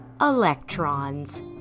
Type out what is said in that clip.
electrons